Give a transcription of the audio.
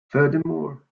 furthermore